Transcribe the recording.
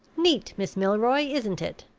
neat, miss milroy, isn't it?